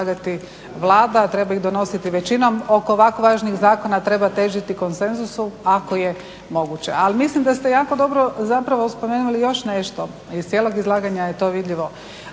predlagati Vlada, treba ih donositi većinom. Oko ovako važnih zakona treba težiti konsenzusu ako je moguće. Ali mislim da ste jako dobro zapravo spomenuli još nešto, iz cijelog izlaganja je to vidljivo,